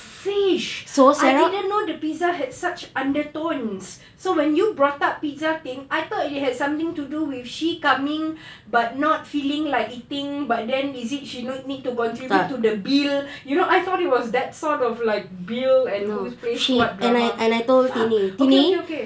fish I didn't know the pizza had such undertones so when you brought up pizza thing I thought you had something to do with she coming but not feeling like eating but then is it she no need to contribute to the bill you know I thought it was that sort of like bill and who pays what drama fuck okay okay okay